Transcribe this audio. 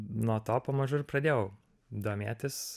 nuo to pamažu ir pradėjau domėtis